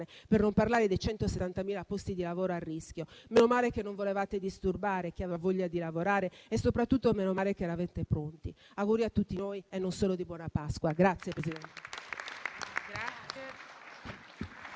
più interne, o dei 170.000 posti di lavoro a rischio. Meno male che non volevate disturbare chi aveva voglia di lavorare e soprattutto meno male che eravate pronti. Auguri a tutti noi e non solo di buona Pasqua.